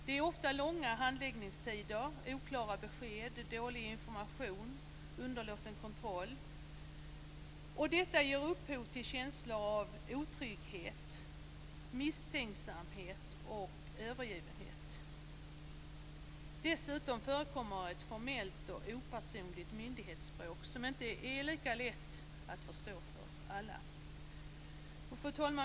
Det är ofta långa handläggningstider, oklara besked, dålig information och underlåten kontroll. Detta ger upphov till känslor av otrygghet, misstänksamhet och övergivenhet. Dessutom förekommer det ett formellt och opersonligt myndighetsspråk som inte är lika lätt att förstå för alla.